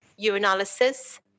urinalysis